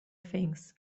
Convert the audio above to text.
things